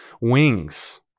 Wings